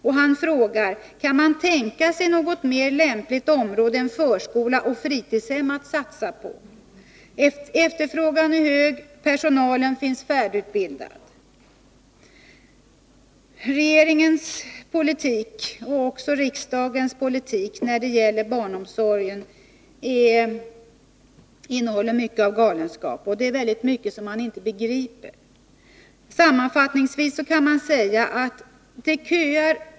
Och han frågar om man då kan ”tänka sig något mer lämpligt område än förskola och fritidshem att satsa på? Efterfrågan är hög. Personalen finns färdigutbildad.” Regeringens och också riksdagens politik när det gäller barnomsorgen innehåller mycket av galenskap. Det är mycket som man inte förstår. Sammanfattningsvis kan man säga: 1.